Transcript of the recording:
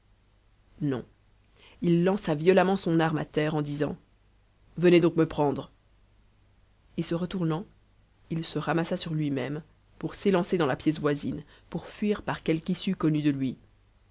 non il lança violemment son arme à terre en disant venez donc me prendre et se retournant il se ramassa sur lui-même pour s'élancer dans la pièce voisine pour fuir par quelque issue connue de lui